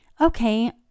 okay